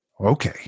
Okay